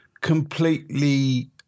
completely